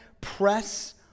press